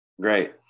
Great